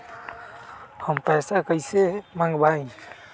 हम पैसा कईसे मंगवाई?